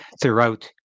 throughout